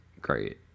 great